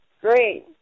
great